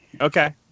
Okay